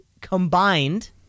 combined